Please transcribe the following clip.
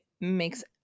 makes